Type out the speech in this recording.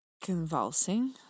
convulsing